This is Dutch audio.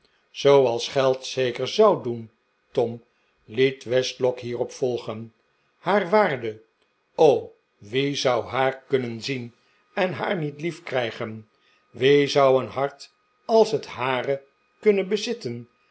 zooals geld zeker zou doen tom liet westlock hierop volgen haar waarde o wie zou haar kunnen zien en haar niet heikrijgen wie zou een hart als het hare kunnen bezitten